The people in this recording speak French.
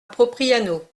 propriano